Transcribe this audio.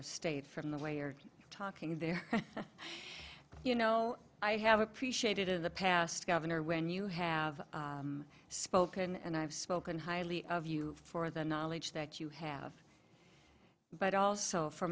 of state from the way you're talking there you know i have appreciated in the past governor when you have spoken and i've spoken highly of you for the knowledge that you have but also for